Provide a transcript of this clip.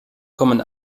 kommen